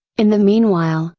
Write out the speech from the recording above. in the meanwhile,